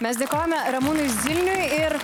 mes dėkojame ramūnui zilniui ir